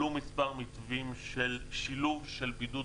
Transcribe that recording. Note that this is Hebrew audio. עלו מספר מתווים של שילוב של בידוד